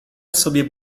sobie